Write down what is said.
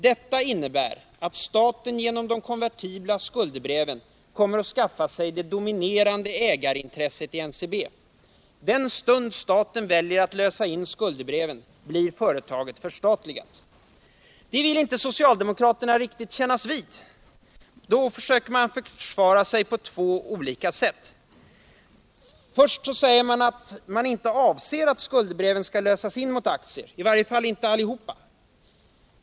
Det innebär att staten genom de konvertibla skuldebreven kommer att skaffa sig det dominerande ägandeintresset i NCB. Den stund staten väljer att lösa in sina skuldebrev blir företaget förstatligat. Detta vill inte socialdemokraterna riktigt kännas vid. Man försöker då försvara sig på två olika sätt. För det första säger man att man inte avser att skuldebreven skall lösas in mot aktier, i varje fall inte allihop.